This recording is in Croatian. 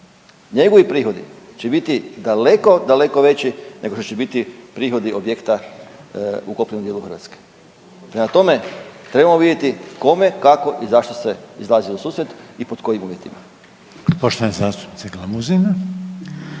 njegovi prihodi će biti daleko, daleko veći nego što će biti prihodi objekta u kopnenom dijelu Hrvatske. Prema tome, trebamo vidjeti kome, kako i zašto se izlazi u susret i pod kojim uvjetima.